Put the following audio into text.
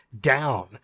down